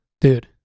Dude